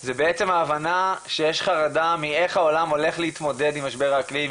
זה בעצם ההבנה שיש חרדה מאיך העולם הולך להתמודד עם משבר האקלים,